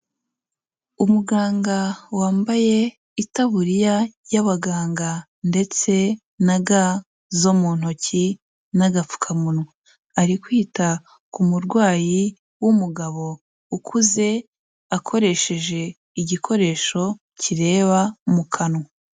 Umuganga wambaye itaburiya y'abaganga ndetse na ga zo mu ntoki n'agapfukamunwa, ari kwita ku murwayi w'umugabo ukuze akoresheje igikoresho kireba mu kanwa.